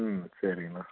ம் சரிங்கண்ணா